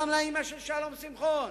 גם לאמא של שלום שמחון